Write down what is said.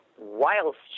whilst